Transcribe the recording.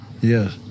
Yes